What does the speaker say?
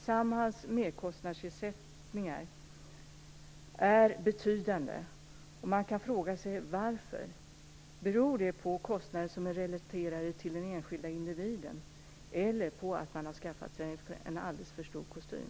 Samhalls merkostnadsersättningar är betydande, och man kan fråga sig varför. Beror det på kostnader som är relaterade till den enskilda individen eller på att man har skaffat sig en alldeles för stor kostym?